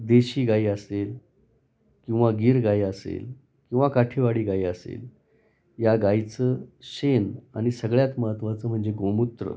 देशी गाय असेल किंवा गीर गाय असेल किंवा काठीवाडी गाई असेल या गायीचं शेण आणि सगळ्यात महत्त्वाचं म्हणजे गोमूत्र